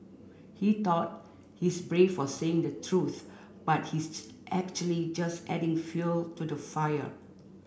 he thought his brave for saying the truth but his actually just adding fuel to the fire